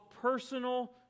personal